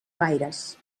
gaires